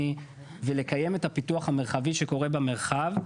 ולקיים את הפיתוח המרחבי שקורה במרחב,